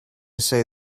say